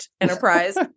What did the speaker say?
enterprise